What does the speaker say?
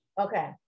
okay